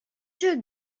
took